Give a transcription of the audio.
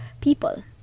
people